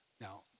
Now